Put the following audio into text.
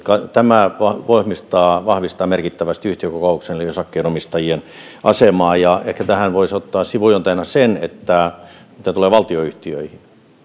tämä vahvistaa merkittävästi yhtiökokouksen eli osakkeenomistajien asemaa ja ehkä tähän voisi ottaa sivujuonteena sen mitä tulee valtionyhtiöihin